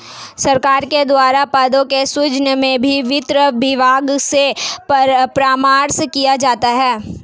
सरकार के द्वारा पदों के सृजन में भी वित्त विभाग से परामर्श किया जाता है